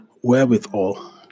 wherewithal